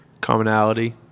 commonality